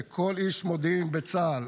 שכל איש מודיעין בצה"ל,